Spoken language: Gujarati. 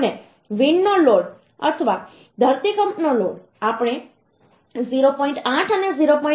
અને વિન્ડ નો લોડ અથવા ધરતીકંપનો લોડ આપણે 0